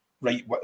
right